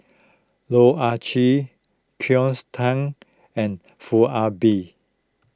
Loh Ah Chee Cleo Thang and Foo Ah Bee